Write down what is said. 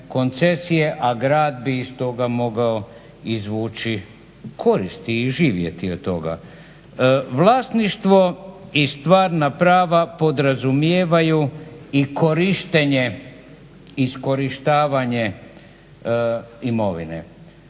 a grad bi iz toga mogao izvući korist i živjeti od toga. Vlasništvo i stvarna prava podrazumijevaju i korištenje, iskorištavanje imovine.